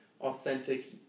authentic